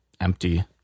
empty